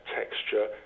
texture